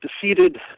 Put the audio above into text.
defeated